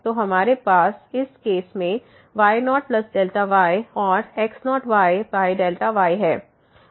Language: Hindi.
तो हमारे पास इस केस में y0Δyऔर x0y y है